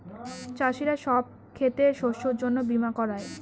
চাষীরা সব ক্ষেতের শস্যের জন্য বীমা করায়